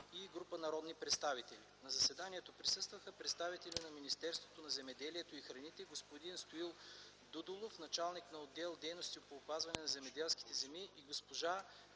и група народни представители. На заседанието присъстваха представители на Министерството на земеделието и храните: господин Стоил Дудулов – началник на отдел „Дейности по опазване на земеделските земи”, и госпожа